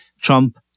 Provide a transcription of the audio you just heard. Trump